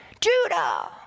Judah